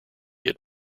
had